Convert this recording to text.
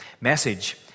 message